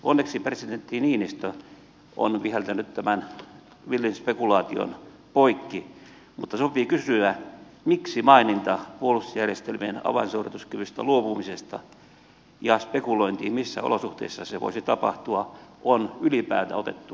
onneksi presidentti niinistö on viheltänyt tämän villin spekulaation poikki mutta sopii kysyä miksi maininta puolustusjärjestelmien avainsuorituskyvystä luopumisesta ja spekulointi missä olosuhteissa se voisi tapahtua on ylipäätään otettu selontekoon